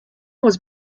was